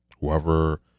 Whoever